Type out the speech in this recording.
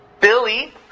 Billy